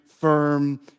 firm